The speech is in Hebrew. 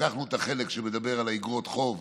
לקחנו את החלק שמדבר על איגרות חוב,